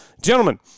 gentlemen